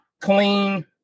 clean